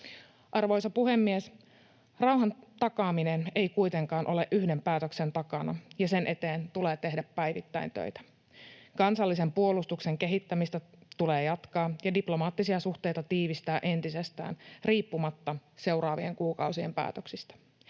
Arvoisa puhemies! Rauhan takaaminen ei kuitenkaan ole yhden päätöksen takana, ja sen eteen tulee tehdä päivittäin töitä. Kansallisen puolustuksen kehittämistä tulee jatkaa ja diplomaattisia suhteita tiivistää entisestään riippumatta seuraavien kuukausien päätöksistä.